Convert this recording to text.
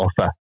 offer